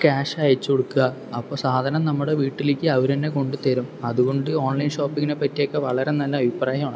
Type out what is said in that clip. cash അയച്ചു കൊടുക്കുക അപ്പൊ സാധനം നമ്മുടെ വീട്ടിലേക്ക് അവരുതന്നെ കൊണ്ട് തരും അതുകൊണ്ട് ഓൺലൈൻ ഷോപ്പിങ്ങിനെ പറ്റി ഒക്കെ വളരെ നല്ല അഭിപ്രായം ആണ്